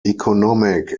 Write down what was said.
economic